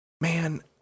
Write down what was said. Man